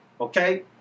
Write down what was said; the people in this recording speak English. Okay